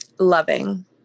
loving